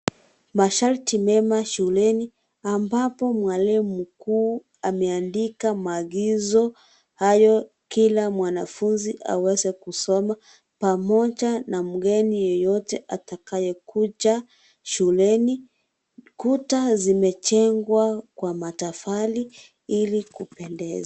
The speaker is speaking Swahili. Masharti mema shuleni ambapo mwalimu mkuu ameandika maagizo hayo kila mwanafunzi aweze kusoma pamoja na mgeni yeyote atakayekuja shuleni. Kuta zimejengwa kwa matofali ili kupendeza.